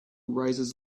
rises